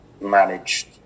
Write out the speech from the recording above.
managed